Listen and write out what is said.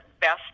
best